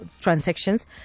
transactions